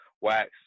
Wax